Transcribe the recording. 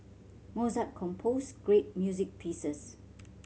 Mozart composed great music pieces